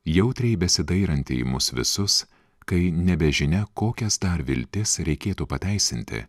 jautriai besidairanti į mus visus kai nežinia kokias dar viltis reikėtų pateisinti